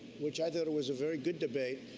which i thought it was a very good debate,